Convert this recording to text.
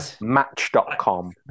match.com